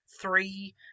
three